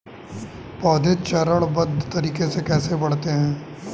पौधे चरणबद्ध तरीके से कैसे बढ़ते हैं?